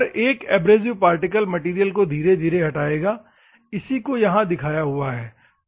हर एक abrasive particle material को धीरे धीरे हटाएगा इसी को यहाँ दिखाया हुआ है